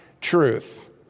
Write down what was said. truth